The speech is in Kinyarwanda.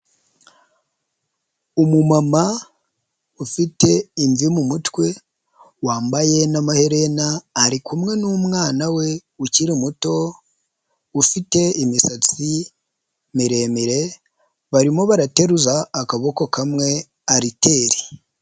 Umumama ufite imvi mu mutwe wambaye n'amaherena, ari kumwe n'umwana we ukiri muto ufite imisatsi miremire, barimo bateruza akaboko kamwe aliteri.